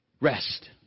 Rest